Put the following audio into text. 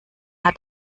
hat